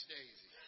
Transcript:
Daisy